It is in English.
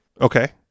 Okay